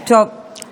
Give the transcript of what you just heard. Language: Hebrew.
טוב.